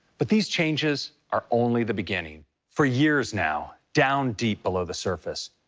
but these changes are only the beginning. for years now, down deep, below the surface,